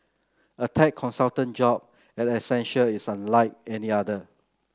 a tech consultant job at Accenture is unlike any other